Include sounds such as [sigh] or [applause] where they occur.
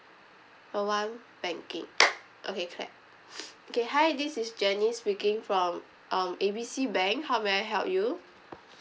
number one banking okay clap [breath] okay hi this is janice speaking from um A B C bank how may I help you